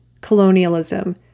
colonialism